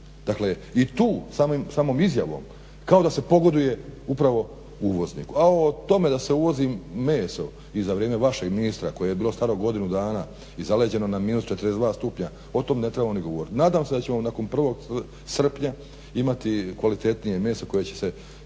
Dakle, i tu samom izjavom kao da se pogoduje upravo uvozniku. A o tome da se uvozi meso i za vrijeme vašeg ministra koje je bilo staro godinu dana i zaleđeno na -42 stupnja, o tom ne trebamo ni govoriti. Nadam se da ćemo nakon 1. srpnja imati kvalitetnije meso čiji će rok